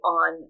on